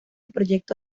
proyecto